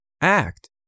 act